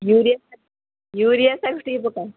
urea urea ସାର ଟିକିଏ ପକାଅ